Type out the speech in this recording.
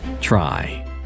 Try